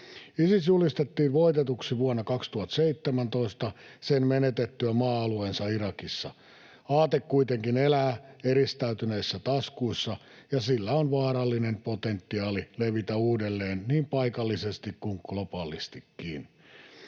Isis julistettiin voitetuksi vuonna 2017 sen menetettyä maa-alueensa Irakissa. Aate kuitenkin elää eristäytyneissä taskuissa, ja sillä on vaarallinen potentiaali levitä uudelleen niin paikallisesti kuin globaalistikin.